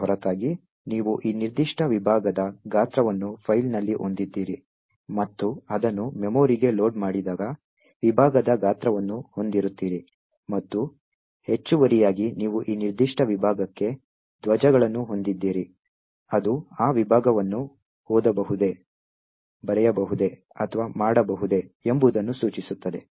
ಇದರ ಹೊರತಾಗಿ ನೀವು ಈ ನಿರ್ದಿಷ್ಟ ವಿಭಾಗದ ಗಾತ್ರವನ್ನು ಫೈಲ್ನಲ್ಲಿ ಹೊಂದಿದ್ದೀರಿ ಮತ್ತು ಅದನ್ನು ಮೆಮೊರಿಗೆ ಲೋಡ್ ಮಾಡಿದಾಗ ವಿಭಾಗದ ಗಾತ್ರವನ್ನು ಹೊಂದಿರುತ್ತೀರಿ ಮತ್ತು ಹೆಚ್ಚುವರಿಯಾಗಿ ನೀವು ಈ ನಿರ್ದಿಷ್ಟ ವಿಭಾಗಕ್ಕೆ ಧ್ವಜಗಳನ್ನು ಹೊಂದಿದ್ದೀರಿ ಅದು ಆ ವಿಭಾಗವನ್ನು ಓದಬಹುದೇ ಬರೆಯಬಹುದೇ ಅಥವಾ ಮಾಡಬಹುದೇ ಎಂಬುದನ್ನು ಸೂಚಿಸುತ್ತದೆ